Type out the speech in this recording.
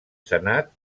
senat